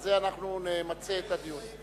בזה אנחנו נמצה את הדיון.